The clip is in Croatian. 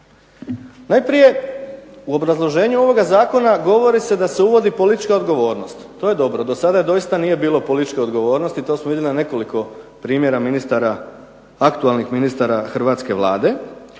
Najprije u obrazloženju ovoga zakona govori se da se uvodi politička odgovornost. To je dobro. Do sada doista nije bilo političke odgovornosti, to smo vidjeli na nekoliko primjera ministara, aktualnih ministara hrvatske Vlade,